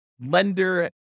lender